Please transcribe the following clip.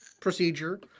procedure